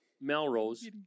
Melrose